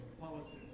politics